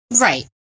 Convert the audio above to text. right